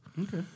Okay